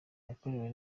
yakorewe